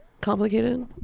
Complicated